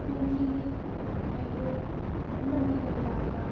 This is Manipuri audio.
ꯅꯨꯡꯇꯤꯒꯤ ꯑꯌꯨꯛ ꯑꯃꯗꯤ ꯅꯨꯡꯗꯥꯡꯗ